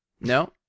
No